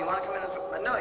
you know